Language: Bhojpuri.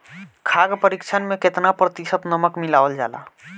खाद्य परिक्षण में केतना प्रतिशत नमक मिलावल जाला?